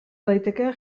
daiteke